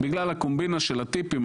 בגלל הקומבינה של הטיפים.